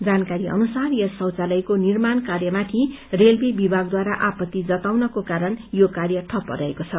जानकारी अनुसार यस शौचालयको निर्माण कार्यमाथि रेलवे विभागद्वारा आपत्ति जताउनको कारण यो कार्य ठप्प रहेको छ